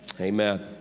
amen